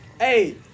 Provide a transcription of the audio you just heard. Hey